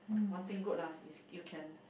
one thing good lah is you can